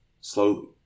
slowly